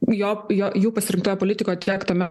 jo jo jų pasirinktoj politikoj tiek tame